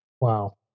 Wow